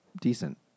decent